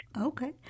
Okay